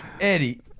Eddie